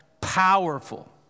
powerful